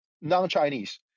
non-Chinese